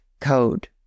code